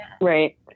Right